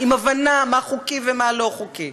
עם הבנה מה חוקי ומה לא חוקי.